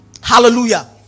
Hallelujah